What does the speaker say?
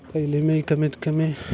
पहिले मी कमीत कमी